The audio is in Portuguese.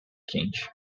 quente